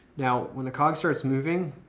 now, when the cog starts moving,